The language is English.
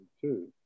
two